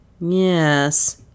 Yes